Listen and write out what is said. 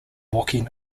walking